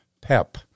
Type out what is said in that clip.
pep